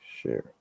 share